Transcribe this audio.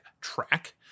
track